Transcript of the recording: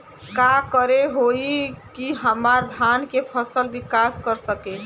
का करे होई की हमार धान के फसल विकास कर सके?